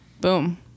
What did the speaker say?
boom